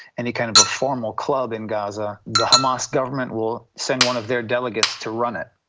any kind of a formal club in gaza, the hamas government will send one of their delegates to run it,